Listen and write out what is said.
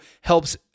helps